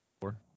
Four